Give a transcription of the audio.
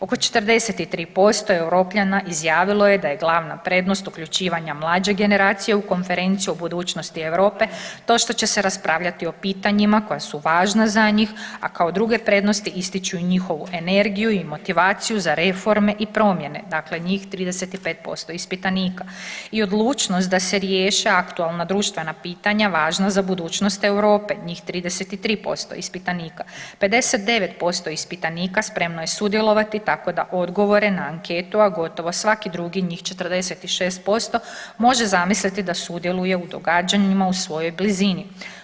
Oko 43% Europljana izjavilo je da je glavna prednost uključivanja mlađe generacije u Konferenciju budućnosti Europe to što će se raspravljati o pitanjima koja su važna za njih, a kao druge prednosti ističu i njihovu energiju i motivaciju za reforme i promjene, dakle njih 35% ispitanika i odlučnost da se riješe aktualna društvena pitanja važna za budućnost Europe, njih 33% ispitanika, 59% ispitanika spremno je sudjelovati tako da odgovore na anketu, a gotovo svaki drugi njih 46% može zamisliti da sudjeluje u događanjima u svojoj blizini.